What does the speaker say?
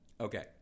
Okay